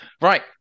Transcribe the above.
Right